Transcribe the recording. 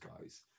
guys